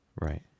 Right